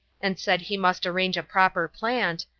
and said he must arrange a proper plant,